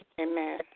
Amen